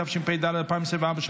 התשפ"ד 2024,